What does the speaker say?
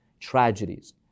tragedies